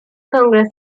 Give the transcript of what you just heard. congress